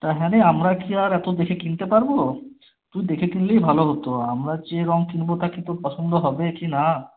তা হ্যাঁ রে আমরা কি আর অত বেশি কিনতে পারব তুই দেখে কিনলেই ভালো হত আমরা যে রঙ কিনবো তা কি তোর পছন্দ হবে কিনা